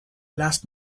last